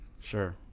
Sure